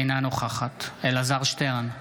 אינה נוכחת אלעזר שטרן,